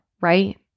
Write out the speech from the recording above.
right